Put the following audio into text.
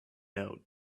note